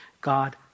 God